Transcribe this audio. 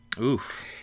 Oof